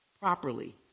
properly